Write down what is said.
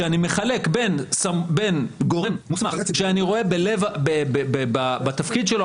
מחלק בין גורם מוסמך שאני רואה בתפקיד שלו,